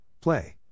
play